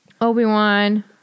Obi-Wan